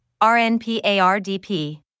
RNPARDP